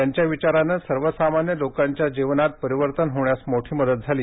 त्यांच्या विचारानं सर्वसामान्य लोकांच्या जीवनात परिवर्तन होण्यास मोठी मदत झाली